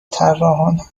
طراحان